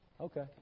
Okay